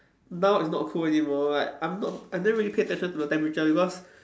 now it's not cold anymore like I'm not I never really pay attention to the temperature because